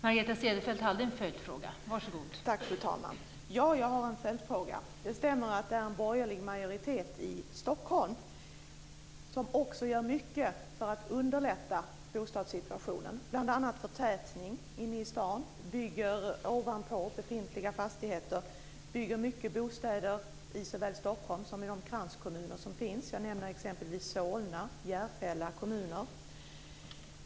Fru talman! Jag har en följdfråga. Det stämmer att det är en borgerlig majoritet i Stockholm som också gör mycket för att underlätta bostadssituationen, bl.a. förtätning inne i staden. Man bygger ovanpå befintliga fastigheter. Man bygger många bostäder såväl i Stockholm som i de kranskommuner som finns. Jag kan t.ex. nämna Solna och Järfälla kommuner.